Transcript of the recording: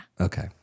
Okay